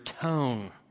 tone